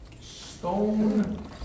Stone